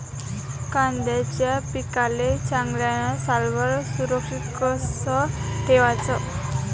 कांद्याच्या पिकाले चांगल्यानं सालभर सुरक्षित कस ठेवाचं?